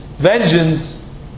Vengeance